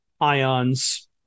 ions